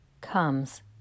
comes